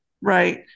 right